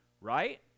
right